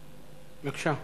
בבקשה.